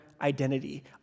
identity